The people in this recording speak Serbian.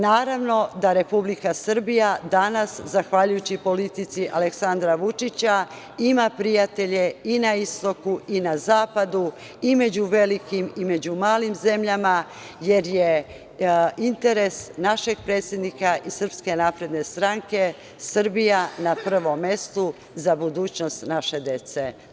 Naravno da Republika Srbija danas, zahvaljujući politici Aleksandra Vučića, ima prijatelje i na istoku i na zapadu i među velikim i među malim zemljama, jer je interes našeg predsednika i SNS Srbija na prvom mestu za budućnost naše dece.